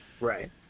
right